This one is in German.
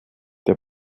der